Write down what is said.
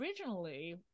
originally